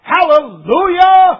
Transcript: Hallelujah